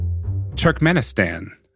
Turkmenistan